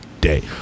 day